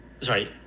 sorry